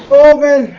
over